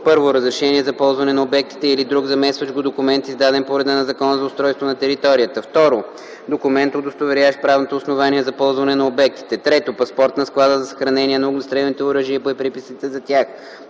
1. разрешение за ползване на обектите или друг заместващ го документ, издаден по реда на Закона за устройство на територията; 2. документ, удостоверяващ правното основание за ползване на обектите; 3. паспорт на склада за съхранение на огнестрелните оръжия и боеприпасите за тях;